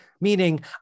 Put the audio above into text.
Meaning